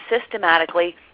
systematically